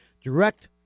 direct